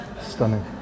Stunning